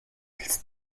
ils